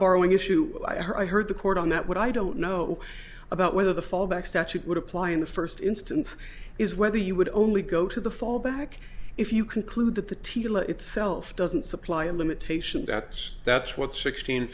borrowing issue i heard the court on that what i don't know about whether the fallback statute would apply in the first instance is whether you would only go to the fallback if you conclude that the t t l itself doesn't supply and limitations that's that's what sixteen